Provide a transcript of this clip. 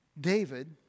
David